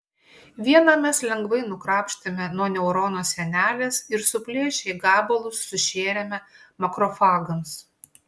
vieną mes lengvai nukrapštėme nuo neurono sienelės ir suplėšę į gabalus sušėrėme makrofagams